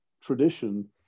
tradition